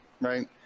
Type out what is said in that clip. right